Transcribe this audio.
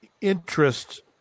interest